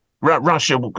russia